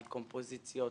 על קומפוזיציות,